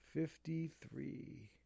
fifty-three